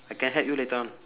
I can help you later on